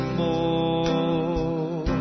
more